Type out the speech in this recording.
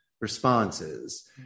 responses